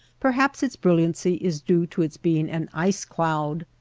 perhaps its brilliancy is due to its being an ice-cloud.